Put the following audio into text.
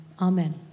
Amen